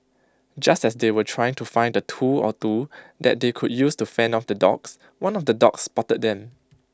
just as they were trying to find A tool or two that they could use to fend off the dogs one of the dogs spotted them